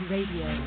Radio